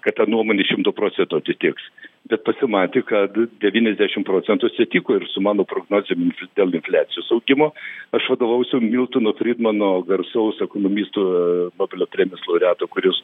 kad ta nuomonė šimtu procentų atitiks bet pasimatė kad devyniasdešim procentų atsitiko ir su mano prognozėm dėl infliacijos augimo aš vadovaujuosi miltono fridmano garsaus ekonomisto nobelio premijos laureato kuris